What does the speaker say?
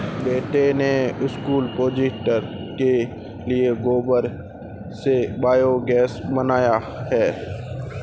बेटे ने school project के लिए गोबर से बायोगैस बनाया है